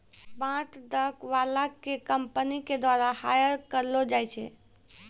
bond दै बाला के कंपनी के द्वारा हायर करलो जाय छै